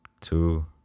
two